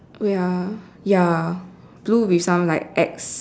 wait ah ya blue with some like X